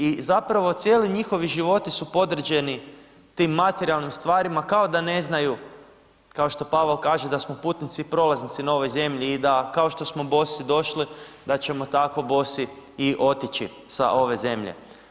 I zapravo cijeli njihovi životi su podređeni tim materijalnim stvarima kao da ne znaju, kao što Pavao kaže da smo putnici prolaznici na ovoj zemlji i da kao što smo bosi došli da ćemo tako bosi i otići sa ove zemlje.